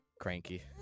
cranky